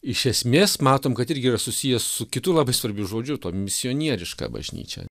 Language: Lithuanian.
iš esmės matom kad irgi yra susijęs su kitu labai svarbiu žodžiu tuo misionieriška bažnyčia